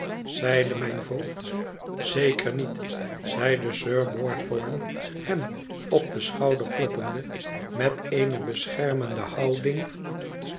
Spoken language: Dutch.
zeide mijn voogd zeker niet zeide sir boythorn hem op den schouder kloppende met eene beschermende houding